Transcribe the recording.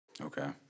Okay